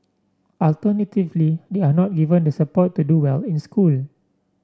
alternatively they are not given the support to do well in school